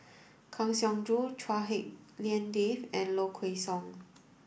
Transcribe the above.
Kang Siong Joo Chua Hak Lien Dave and Low Kway Song